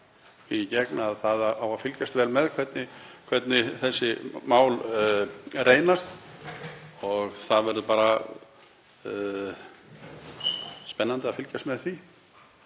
í gegn, að það á að fylgjast vel með hvernig þessi mál reynast. Það verður spennandi að fylgjast með því.